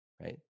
right